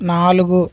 నాలుగు